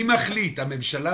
מי מחליט, הממשלה?